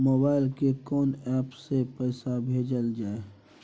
Mobile के कोन app से पैसा भेजल जाए?